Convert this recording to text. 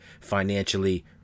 financially